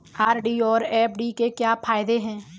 RD और FD के क्या फायदे हैं?